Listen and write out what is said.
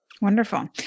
Wonderful